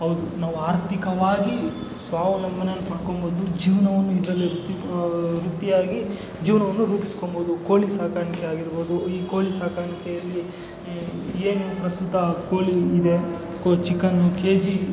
ಹೌದು ನಾವು ಆರ್ಥಿಕವಾಗಿ ಸ್ವಾವಲಂಬನೆಯನ್ನು ಪಡ್ಕೋಬೋದು ಜೀವನವನ್ನು ಇದರಲ್ಲಿ ವೃತ್ತಿ ವೃತ್ತಿಯಾಗಿ ಜೀವನವನ್ನು ರೂಪಿಸ್ಕೋಬೋದು ಕೋಳಿ ಸಾಕಾಣಿಕೆ ಆಗಿರ್ಬೋದು ಈ ಕೋಳಿ ಸಾಕಾಣಿಕೆಯಲ್ಲಿ ಏನು ಪ್ರಸ್ತುತ ಕೋಳಿ ಇದೆ ಕೋ ಚಿಕನ್ ಕೆ ಜಿ